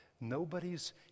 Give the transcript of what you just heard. Nobody's